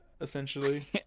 essentially